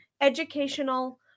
educational